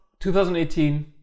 2018